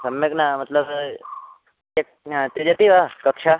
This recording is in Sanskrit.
सम्यक् न मत्लब् त्यक्त्वा त्यजति वा कक्षां